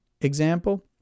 example